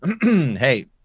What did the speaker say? Hey